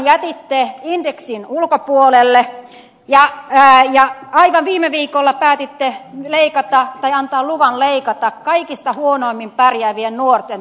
opintorahan jätitte indeksin ulkopuolelle ja aivan viime viikolla päätitte antaa luvan leikata kaikista huonoimmin pärjäävien nuorten toimeentulotuesta